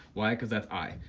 why, cause that's i,